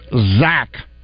Zach